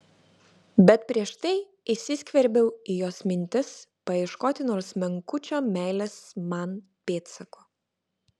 bet prieš tai įsiskverbiau į jos mintis paieškoti nors menkučio meilės man pėdsako